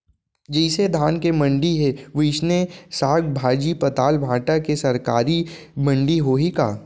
जइसे धान के मंडी हे, वइसने साग, भाजी, पताल, भाटा के सरकारी मंडी होही का?